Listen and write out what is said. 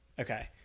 okay